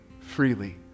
freely